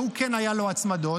ולו כן היו הצמדות,